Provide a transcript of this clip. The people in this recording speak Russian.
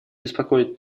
беспокоит